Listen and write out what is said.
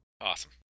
Awesome